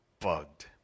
bugged